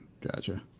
gotcha